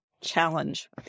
challenge